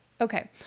Okay